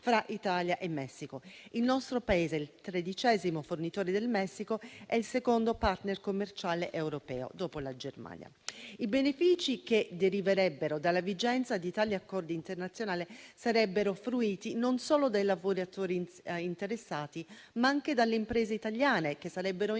Il nostro Paese, il tredicesimo fornitore del Messico, è il secondo *partner* commerciale europeo dopo la Germania. I benefici che deriverebbero dalla vigenza di tali accordi internazionali sarebbero fruiti non solo dai lavoratori interessati, ma anche dalle imprese italiane, che sarebbero in grado